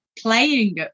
playing